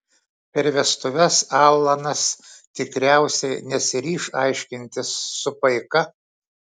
per vestuves alanas tikriausiai nesiryš aiškintis su paika